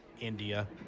India